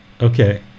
okay